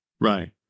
Right